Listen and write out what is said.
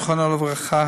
זיכרונו לברכה,